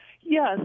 yes